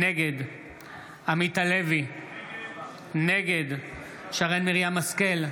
נגד עמית הלוי, נגד שרן מרים השכל,